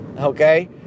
Okay